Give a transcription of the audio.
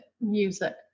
music